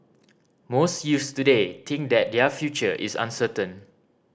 most youths today think that their future is uncertain